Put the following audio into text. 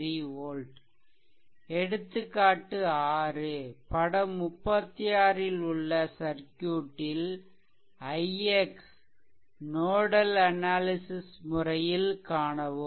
73 volt எடுத்துக்காட்டு 6 படம் 36ல் உள்ள சர்க்யூட்டில் ix நோடல் அனாலிசிஷ் முறையில் காணவும்